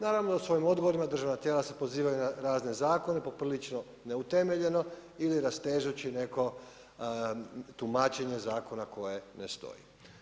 Naravno svojim odgovorima državna tijela se pozivaju na razne zakone, poprilično neutemeljeno ili rastežući neko tumačenje zakona koje ne stoji.